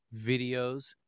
videos